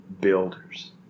builders